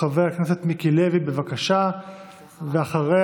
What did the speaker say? חבר הכנסת מיקי לוי, בבקשה, ואחריו,